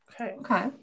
okay